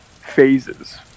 phases